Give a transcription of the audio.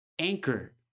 Anchor